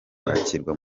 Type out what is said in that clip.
kwakirwa